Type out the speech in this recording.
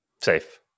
Safe